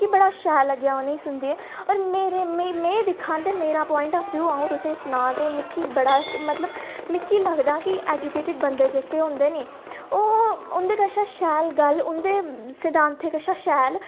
मिगी बड़ा शैल लग्गेआ उ'नें ई सुनियै ते मेरे प्वाइंट आफॅ व्यू अ'ऊं तुसें ई सनां ते मिगी गै मतलब मिगी लगदा कि एजुकेटड बंदे जेह्के होंदे निं उंदे शा शैल गल्ल उं'दे सिद्धांते शा शैल